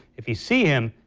if you see him,